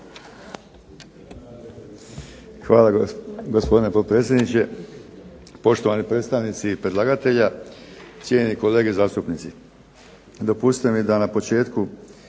Hvala gospodine potpredsjedniče. Poštovani predstavnici predlagatelja, cijenjeni kolege zastupnici.